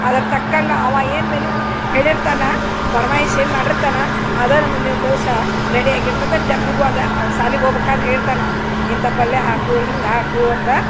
ಅದರ ತಕ್ಕಂಗೆ ಅವ ಏನು ಮೆನ್ಯುಗು ಹೇಳಿರ್ತನೆ ಫೊರ್ಮಯಿಶ್ ಏನು ಮಾಡಿರ್ತನ ಅದನ ಮುಂದಿನ ದಿವಸ ರೆಡಿ ಆಗಿರ್ತದ ಡಬ್ಬಿಗು ಅದ ಅವ್ನ ಶಾಲಿಗೆ ಹೋಗ್ಬಕಾದ್ರ್ ಹೇಳಿರ್ತಾನೆ ಅವ ಇಂಥ ಪಲ್ಯ ಹಾಕು ಹಿಂಗೆ ಹಾಕು ಅಂತ